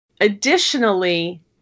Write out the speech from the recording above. Additionally